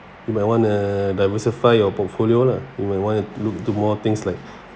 you might want to diversify your portfolio lah you might want to look do more things like